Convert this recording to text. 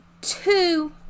two